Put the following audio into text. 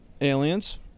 Aliens